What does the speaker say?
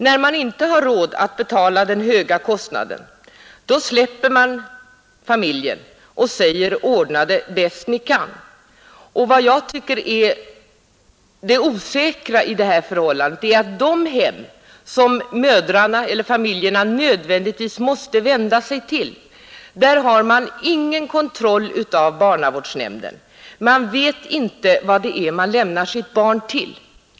När man inte har råd att betala den höga kostnaden släpper man familjen och säger: ”Ordna det bäst ni kan! ” Vad jag tycker är det osäkra i det här förhållandet är att de hem som familjerna nödvändigtvis måste vända sig till inte är underkastade någon kontroll av barnavårdsnämnden,. Föräldrarna vet inte vad det är de lämnar sitt barn till.